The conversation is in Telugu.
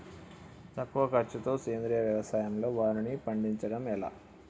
తక్కువ ఖర్చుతో సేంద్రీయ వ్యవసాయంలో వారిని పండించడం ఎలా?